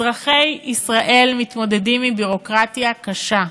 אזרחי ישראל מתמודדים עם ביורוקרטיה קשה,